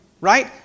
Right